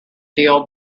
deal